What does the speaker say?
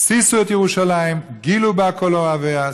"שמחו את ירושלים וגילו בה כל אֹהביה,